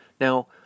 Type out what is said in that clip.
Now